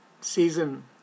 season